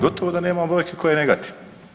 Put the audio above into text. Gotovo da nema brojke koja je negativna.